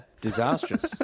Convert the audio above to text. disastrous